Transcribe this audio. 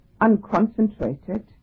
unconcentrated